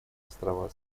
острова